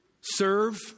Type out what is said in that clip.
serve